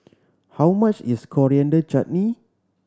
how much is Coriander Chutney